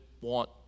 want